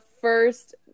first